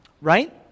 right